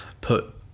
put